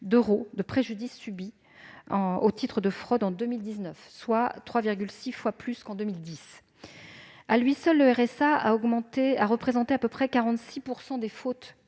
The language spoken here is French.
d'euros de préjudices subis au titre des fraudes en 2019, soit 3,6 fois plus qu'en 2010. À lui seul, le RSA a représenté à peu près 46 % des fautes